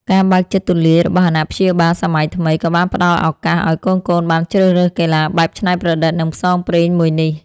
ការបើកចិត្តទូលាយរបស់អាណាព្យាបាលសម័យថ្មី ក៏បានផ្ដល់ឱកាសឱ្យកូនៗបានជ្រើសរើសកីឡាបែបច្នៃប្រឌិត និងផ្សងព្រេងមួយនេះ។